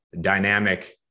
dynamic